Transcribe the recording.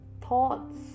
thoughts